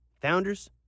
Founders